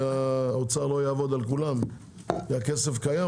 שהאוצר לא יעבוד על כולם כי הכסף קיים,